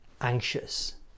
anxious